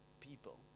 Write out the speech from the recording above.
people